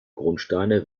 grundsteine